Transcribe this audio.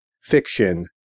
fiction